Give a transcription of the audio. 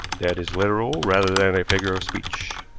that is literal rather than a figure of speech.